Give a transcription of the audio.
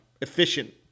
efficient